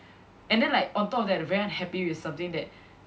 and then like on top of that they're very unhappy with something that